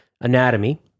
Anatomy